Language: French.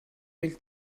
mêle